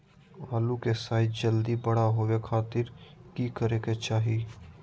आलू के साइज जल्दी बड़ा होबे खातिर की करे के चाही?